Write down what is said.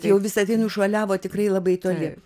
jau visa tai nušuoliavo tikrai labai toli